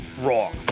wrong